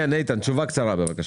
איתן כהן, תשובה קצרה, בבקשה.